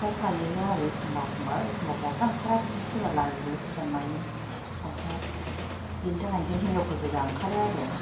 ओंखारफायो आरो एखम्बा एखम्बा एखम्बा हौवाफ्रा ओंखारा बिदिनो सोरबा लाजियो सोरबा मायो बिनि थाखाय जों हिन्जावफोर गोजा ओंखारो आरो